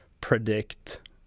predict